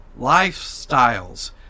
lifestyles